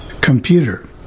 computer